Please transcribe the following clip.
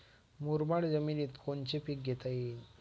मुरमाड जमिनीत कोनचे पीकं घेता येईन?